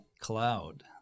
cloud